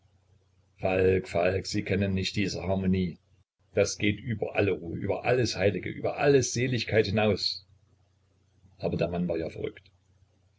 falk sie kennen nicht diese harmonie das geht über alle ruhe über alles heilige über alle seligkeit hinaus aber der mann war ja verrückt